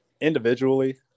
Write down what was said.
individually